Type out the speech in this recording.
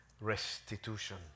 restitution